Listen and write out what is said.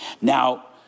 Now